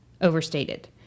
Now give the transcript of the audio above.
overstated